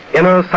Inner